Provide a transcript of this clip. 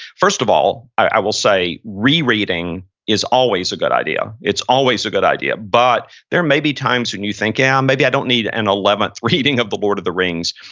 first of all, i will say, rereading is always a good idea. it's always a good idea. but there may be times when you think, yeah, maybe i don't need an eleventh reading of the lord of the rings.